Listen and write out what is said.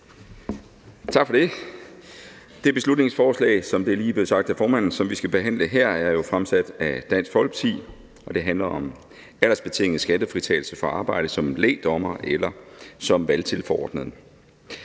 Tak for det. Det beslutningsforslag, som vi skal behandle her, er, som det lige blev sagt af formanden, fremsat af Dansk Folkeparti, og det handler om aldersbetinget skattefritagelse for arbejde som lægdommer eller som valgtilforordnet.